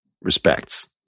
respects